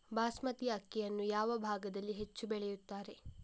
ಬಾಸ್ಮತಿ ಅಕ್ಕಿಯನ್ನು ಯಾವ ಭಾಗದಲ್ಲಿ ಹೆಚ್ಚು ಬೆಳೆಯುತ್ತಾರೆ?